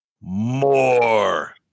more